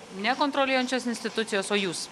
ne kontroliuojančios institucijos o jūs